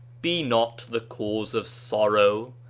be not the cause of sorrow,